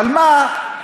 אבל מה?